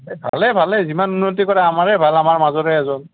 ভালেই ভালেই যিমান উন্নতি কৰে আমাৰেই ভাল আমাৰ মাজৰে এজন